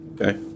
Okay